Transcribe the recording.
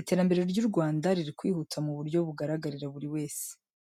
Iterambere ry’u Rwanda riri kwihuta mu buryo bugaragarira buri wese.